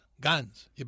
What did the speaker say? guns